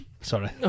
sorry